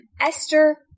Esther